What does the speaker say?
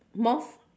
moth